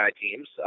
teams